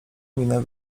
minę